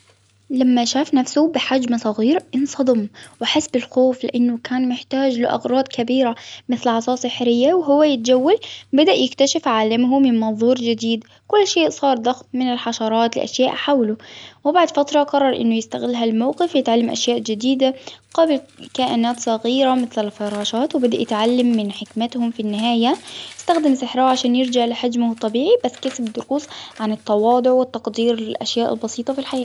لما شاف نفسه بحجم صغير انصدم. وحس بالخوف لانه كان محتاج لاغراض كبيرة مثل عصاة سحرية وهو يتزوج. بدأ يكتشف عالمه من منظور جديد. كل شيء صار ضخم من الحشرات لاشياء حوله. وبعد فترة قرر انه يستغلها الموقف يتعلم اشياء جديدة صغيرة متل الفراشات وبدأ يتعلم من حكمتهم في النهاية. استخدم سحرها عشان يرجع لحجمه الطبيعي بس كيف الدقوف عن التواضع والتقدير للاشياء البسيطة في